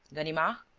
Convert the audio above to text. ganimard?